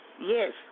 Yes